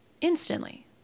instantly